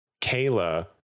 Kayla